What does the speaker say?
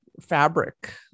fabric